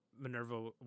Minerva